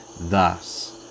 thus